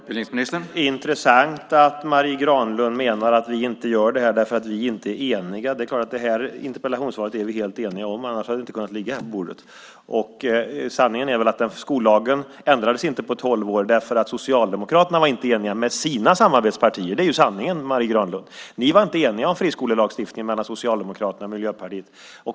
Herr talman! Det är intressant att Marie Granlund menar att vi inte gör detta därför att vi inte är eniga. Det här interpellationssvaret är vi helt eniga om, annars hade det inte kunnat ligga här på bordet. Sanningen är skollagen inte ändrades på tolv år därför att Socialdemokraterna inte var eniga med sina samarbetspartier. Det är sanningen, Marie Granlund. Ni var inte eniga om friskolelagstiftning med Miljöpartiet.